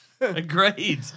Agreed